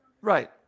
Right